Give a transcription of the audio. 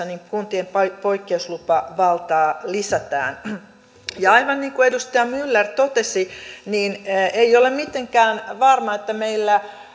niin kuntien poikkeuslupavaltaa lisätään aivan niin kuin edustaja myller totesi ei ole mitenkään varmaa että meillä